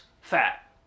fat